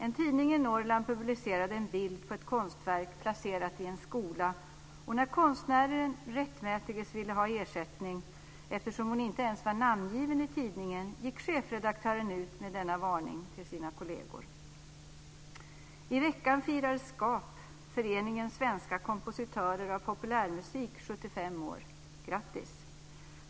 En tidning i Norrland publicerade en bild på ett konstverk placerat i en skola, och när konstnären rättmätigt ville ha ersättning, eftersom hon inte ens var namngiven i tidningen, gick chefredaktören ut med denna varning till sina kolleger. I veckan firar SKAP, Föreningen svenska kompositörer av populärmusik, 75 år. Grattis!